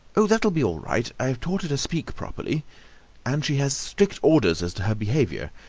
oh, that'll be all right. i've taught her to speak properly and she has strict orders as to her behavior.